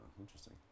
interesting